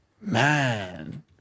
man